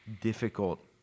difficult